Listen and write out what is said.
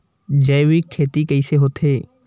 जैविक खेती कइसे होथे?